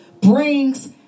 brings